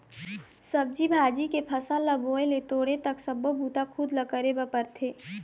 सब्जी भाजी के फसल ल बोए ले तोड़े तक सब्बो बूता खुद ल करे बर परथे